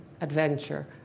adventure